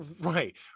Right